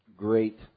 great